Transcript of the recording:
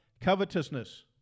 covetousness